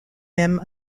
même